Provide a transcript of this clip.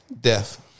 death